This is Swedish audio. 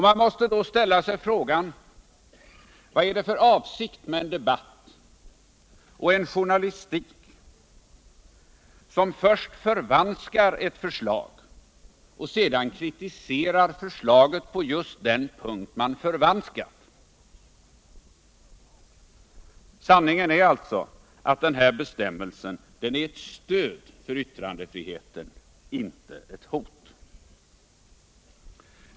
Man måste därför ställa trågan: Vad är det för avsikt med en debatu och en journalistik som först förvanskar ett förslag och sedan kritiserar förslaget på just den punkt som man har förvanskat? Sanningen är att bestämmelsen är ett stöd för yttrandefriheten — inte ett hot.